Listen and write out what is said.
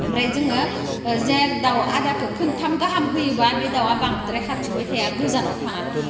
ओमफ्राय जोङो जे दाउ आदारखौ खनथाम गाहाम होयोबा बे दाउवा बांद्राय खारथिंबाय थाया गोजानाव थाङा